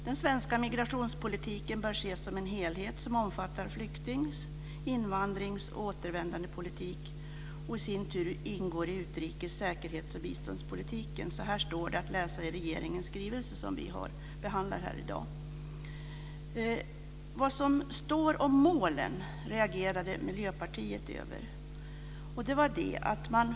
Den svenska migrationspolitiken bör ses som en helhet som omfattar flykting-, invandrings och återvändandepolitik, och den ingår i sin tur i utrikes-, säkerhets och biståndspolitiken. Detta står att läsa i regeringens skrivelse som vi behandlar här i dag. Miljöpartiet har reagerat mot det som där står om målen.